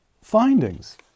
findings